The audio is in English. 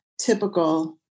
typical